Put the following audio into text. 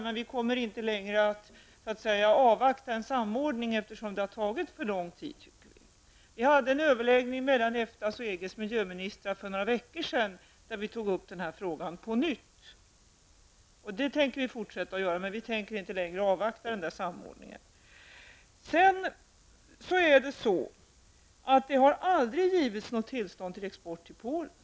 Men vi kommer inte längre att avvakta en samordning, eftersom det enligt vår mening har tagit för lång tid. Vi hade för några veckor sedan en överläggning mellan EGs och EFTAs miljöministrar, och vi tog då upp den här frågan på nytt. Vi tänker alltså fortsätta med det, men vi tänker inte längre avvakta samordningen. Det har aldrig givits något tillstånd för export till Polen.